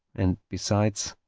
and besides,